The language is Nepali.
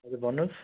हजुर भन्नुहोस्